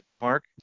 Mark